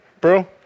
bro